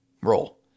roll